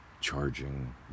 charging